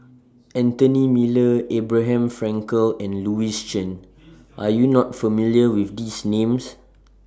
Anthony Miller Abraham Frankel and Louis Chen Are YOU not familiar with These Names